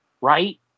right